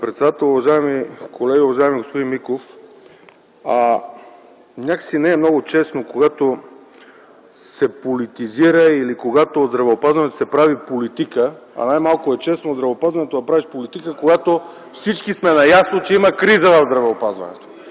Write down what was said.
Уважаеми колеги! Уважаеми господин Миков, някак си не е много честно, когато се политизира или когато в здравеопазването се прави политика, а най-малко е честно в здравеопазването да правиш политика, когато всички сме наясно, че има криза в здравеопазването.